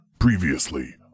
Previously